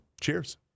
cheers